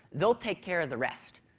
they'll take care of the rest.